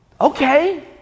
Okay